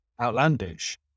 outlandish